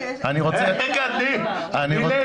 אני רוצה לומר